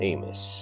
Amos